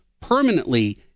permanently